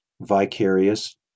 vicarious